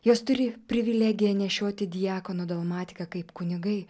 jos turi privilegiją nešioti diakono dalmatiką kaip kunigai